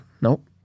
Nope